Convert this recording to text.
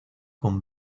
con